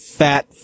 fat